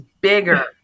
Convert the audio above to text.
bigger